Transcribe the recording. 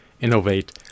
innovate